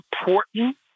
important